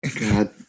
god